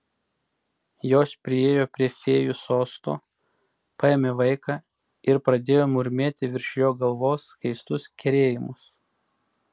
jos priėjo prie fėjų sosto paėmė vaiką ir pradėjo murmėti virš jo galvos keistus kerėjimus